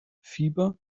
fieber